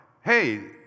hey